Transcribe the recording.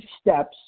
steps